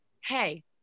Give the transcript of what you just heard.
hey